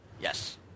Yes